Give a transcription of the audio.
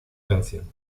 canción